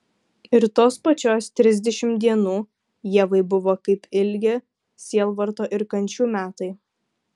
ir tos pačios trisdešimt dienų ievai buvo kaip ilgi sielvarto ir kančių metai